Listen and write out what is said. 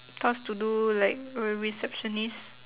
tasked to do like a receptionist